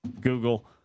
Google